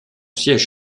siège